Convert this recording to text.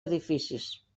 edificis